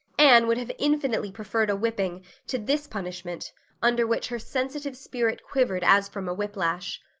anne would have infinitely preferred a whipping to this punishment under which her sensitive spirit quivered as from a whiplash.